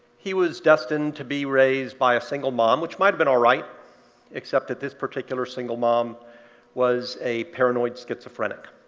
he was destined to be raised by a single mom, which might have been all right except that this particular single mom was a paranoid schizophrenic,